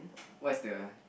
what's the